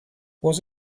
was